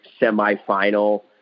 semifinal